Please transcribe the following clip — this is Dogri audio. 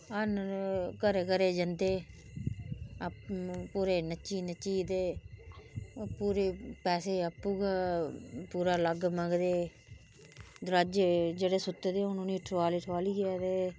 हरण घरे घरे गी जंदे पूरे नच्ची नच्ची ते पूरे पेसे आपूं ते पूरा अलग मंगदे दरबाजे च जेहडे सुत्ते दे होन उंनेंगी ठुआली ठुआली ऐ